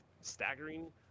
staggering